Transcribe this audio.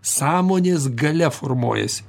sąmonės galia formuojasi